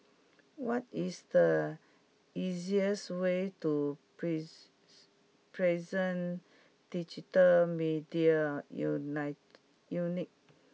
what is the easiest way to Prison Digital Media Unite Unit